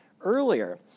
earlier